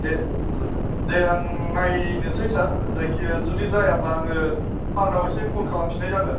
दे दे आं नायनोसै सार जायखिया जुदि जायाब्ला आङो सारनाव एसे कल खालामफिन्नानाय जागोन